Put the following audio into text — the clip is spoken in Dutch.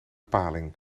paling